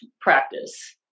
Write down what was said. practice